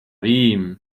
vím